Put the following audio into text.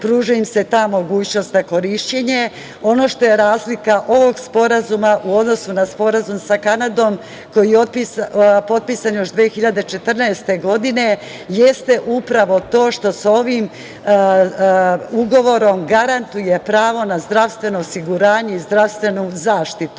pruža im se ta mogućnost na korišćenje. Ono što je razlika ovog sporazuma u odnosu na sporazum sa Kanadom koji je potpisan još 2014. godine jeste upravo to što sa ovim ugovorom garantuje pravo na zdravstveno osiguranje i zdravstvenu zaštitu